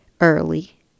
early